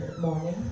morning